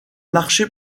marché